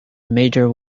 major